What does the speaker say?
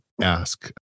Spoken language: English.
ask